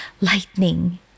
lightning